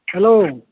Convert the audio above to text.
hello